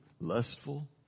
lustful